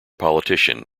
politician